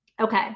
Okay